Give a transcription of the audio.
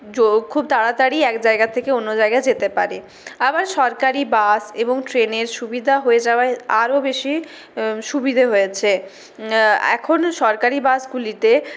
খুব তাড়াতাড়ি এক জায়গা থেকে অন্য জায়গায় যেতে পারে আবার সরকারি বাস এবং ট্রেনের সুবিধা হয়ে যাওয়ায় আরও বেশি সুবিধে হয়েছে এখন সরকারি বাসগুলিতে